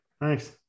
thanks